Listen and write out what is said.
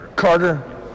Carter